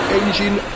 engine